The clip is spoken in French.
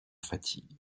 fatigue